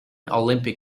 olympic